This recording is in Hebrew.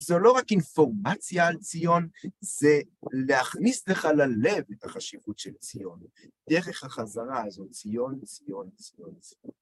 זו לא רק אינפורמציה על ציון, זה להכניס לך ללב את החשיבות של ציון דרך החזרה הזו, ציון, ציון, ציון, ציון.